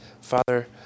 Father